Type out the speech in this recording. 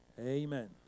Amen